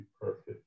perfect